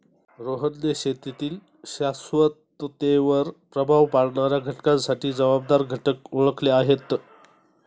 रोहनने शेतीतील शाश्वततेवर प्रभाव पाडणाऱ्या घटकांसाठी जबाबदार घटक ओळखले आहेत